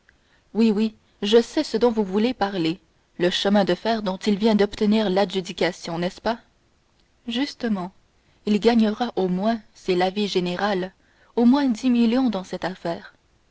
oui oui je sais ce dont vous voulez parler le chemin de fer dont il vient d'obtenir l'adjudication n'est-ce pas justement il gagnera au moins c'est l'avis général au moins dix millions dans cette affaire